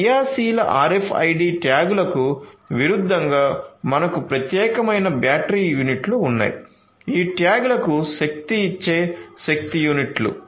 క్రియాశీల RFID ట్యాగ్లకు విరుద్ధంగా మనకు ప్రత్యేకమైన బ్యాటరీ యూనిట్లు ఉన్నాయి ఈ ట్యాగ్లకు శక్తినిచ్చే శక్తి యూనిట్లు